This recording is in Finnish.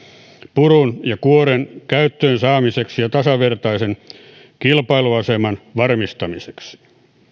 purun ja kuoren käyttöön saamiseksi ja tasavertaisen kilpailuaseman varmistamiseksi